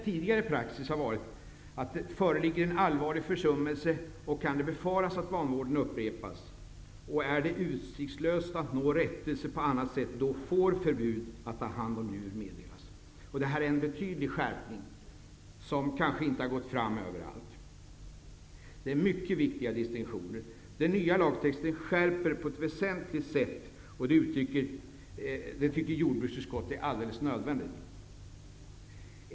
Tidigare praxis har varit, att om det föreligger en allvarlig försummelse och det kan befaras att vanvården upprepas och det är utsiktslöst att nå rättelse på annat sätt, får förbud att hålla djur meddelas. Det är alltså fråga om en betydlig skärpning, som kanske inte har uppfattats överallt. Det här är mycket viktiga distinktioner. Den nya lagtexten innebär en väsentlig skärpning, vilket vi i jordbruksutskottet tycker är nödvändigt.